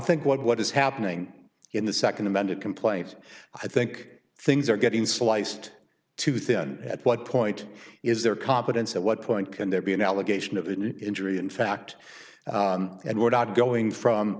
think what what is happening in the second amended complaint i think things are getting sliced too thin at what point is there competence at what point can there be an allegation of the injury in fact that we're not going from